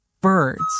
birds